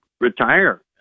retire